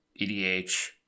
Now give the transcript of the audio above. EDH